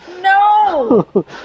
No